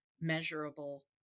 measurable